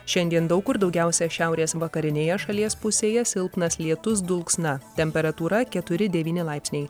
šiandien daug kur daugiausia šiaurės vakarinėje šalies pusėje silpnas lietus dulksna temperatūra keturi devyni laipsniai